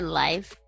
life